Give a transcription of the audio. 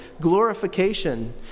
glorification